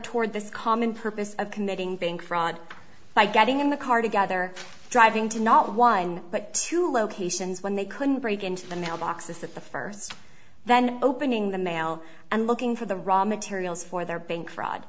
toward this common purpose of committing bank fraud by getting in the car together driving to not one but two locations when they couldn't break into the mailbox is that the first then opening the mail and looking for the raw materials for their bank fraud